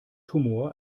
humor